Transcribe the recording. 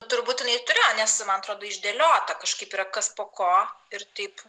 turbūt jinai turėjo nes man atrodo išdėliota kažkaip yra kas po ko ir taip